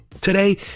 today